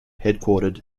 headquartered